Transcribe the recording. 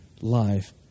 life